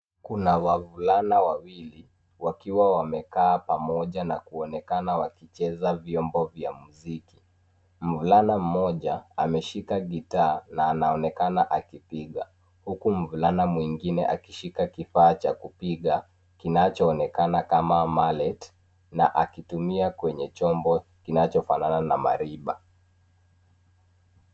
Kuna wavulana wawili wakiwa wamekaa pamoja na kuonekana wakicheza vyombo vya muziki. Mvulana mmoja ameshika gitaa na anaonekana akipiga hukumu mvulana mwingine akishika kifaa cha kupiga kinachoonekana kama malet na akitumia kwenye chombo kinachofanana na marimba.